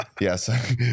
Yes